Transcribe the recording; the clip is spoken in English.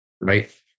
right